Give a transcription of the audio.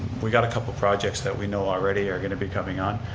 we got a couple projects that we know already are going to be coming on,